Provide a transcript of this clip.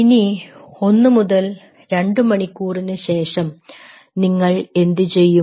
ഇനി ഒന്നു മുതൽ രണ്ട് മണിക്കൂറിനുശേഷം നിങ്ങൾ എന്ത് ചെയ്യും